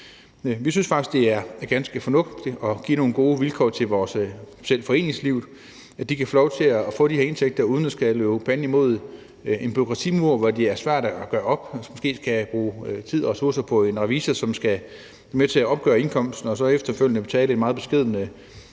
Vi synes faktisk, det er ganske fornuftigt at give nogle gode vilkår til specielt foreningslivet, så de kan få lov til at få de her indtægter uden at skulle løbe panden mod en bureaukratimur, hvor det er svært at gøre det op. Måske skal man bruge tid og ressourcer på en revisor, som skal være med til at opgøre indkomsten, og så efterfølgende betale en meget beskeden